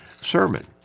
sermon